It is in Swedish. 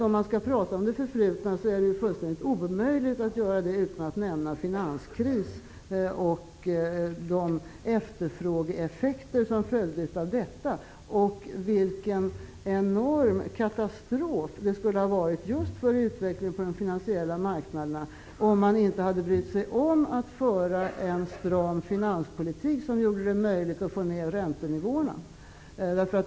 Om vi skall prata om det förflutna är det fullständigt omöjligt att göra det utan att nämna finanskrisen och de efterfrågeeffekter som följde, vilken enorm katastrof det skulle ha varit just för utvecklingen på de finansiella marknaderna om man inte hade brytt sig om att föra en stram finanspolitik, som gjorde det möjligt att få ner räntenivåerna.